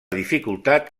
dificultat